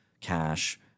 cash